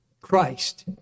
Christ